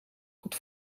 goed